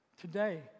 Today